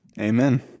Amen